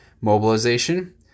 mobilization